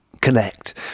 connect